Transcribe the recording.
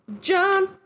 John